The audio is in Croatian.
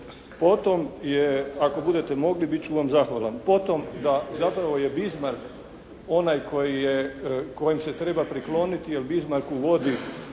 Potom je, ako budete mogli, bit ću vam zahvalan. Potom da zapravo je Bismarck onaj kojem se treba prikloniti jer Bismarck uvodi